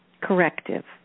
corrective